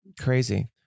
Crazy